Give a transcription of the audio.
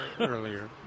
earlier